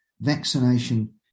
vaccination